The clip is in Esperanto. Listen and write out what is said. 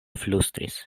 flustris